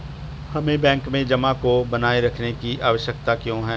हमें बैंक में जमा को बनाए रखने की आवश्यकता क्यों है?